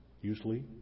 usually